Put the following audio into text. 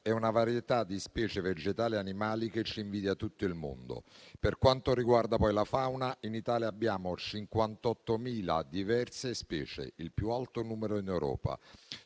e una varietà di specie vegetali e animali che ci invidia tutto il mondo. Per quanto riguarda poi la fauna, in Italia abbiamo 58.000 diverse specie, il più alto numero in Europa.